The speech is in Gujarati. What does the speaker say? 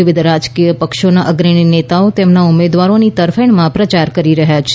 વિવિધ રાજકીય પક્ષોના અગ્રણી નેતાઓ તેમના ઉમેદવારોની તરફેણમાં પ્રચાર કરી રહ્યા છે